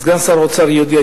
סגן שר האוצר יודע.